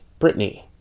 Britney